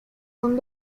son